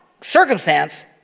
circumstance